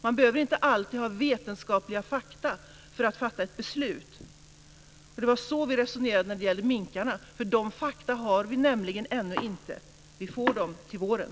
Man behöver inte alltid ha vetenskapliga fakta för att fatta ett beslut. Det var så vi resonerade när det gällde minkarna, eftersom vi ännu inte har dessa fakta, men vi får dem till våren.